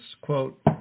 quote